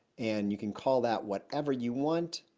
and you can call that whatever you want.